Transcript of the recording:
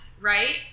Right